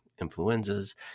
influenzas